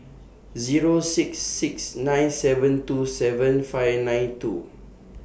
Zero six six nine seven two seven five nine two